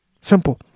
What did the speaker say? Simple